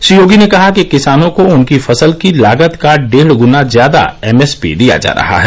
श्री योगी ने कहा कि किसानों को उनकी फसल की लागत का डेढ़ ग्ना ज्यादा एमएसपी दिया जा रहा है